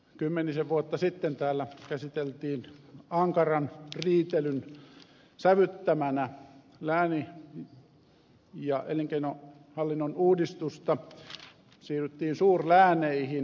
kymmenisen vuotta sitten täällä käsiteltiin ankaran riitelyn sävyttämänä lääni ja elinkeinohallinnon uudistusta siirryttiin suurlääneihin